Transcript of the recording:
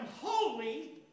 holy